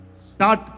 Start